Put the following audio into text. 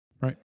Right